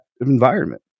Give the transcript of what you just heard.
environment